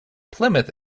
plymouth